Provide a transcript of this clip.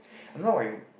I'm not like